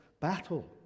battle